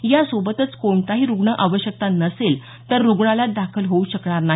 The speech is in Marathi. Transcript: यासोबतच कोणताही रुग्ण आवश्यकता नसेल तर रुग्णालयात दाखल होऊ शकणार नाही